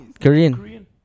Korean